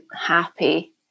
happy